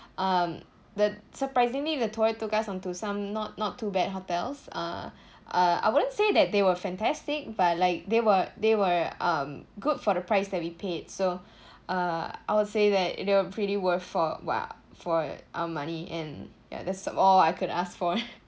um the surprisingly the tour took us on to some not not too bad hotels uh uh I wouldn't say that they were fantastic but like they were they were um good for the price that we paid so uh I would say that they were pretty worth for wha~ for our money and ya that's all I could ask for